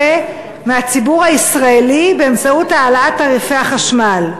מהציבור הישראלי באמצעות העלאת תעריפי החשמל.